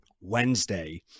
Wednesday